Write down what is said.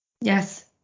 Yes